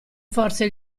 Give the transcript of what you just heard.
forse